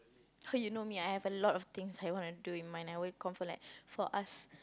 oh you know me I have a lot of things I want to do in mind I will confirm like for us